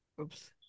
Oops